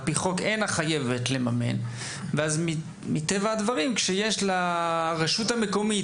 אינה חייבת לממן על פי חוק.